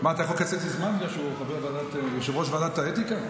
אתה יכול לקצר לי זמן בגלל שהוא יושב-ראש ועדת האתיקה?